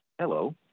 Hello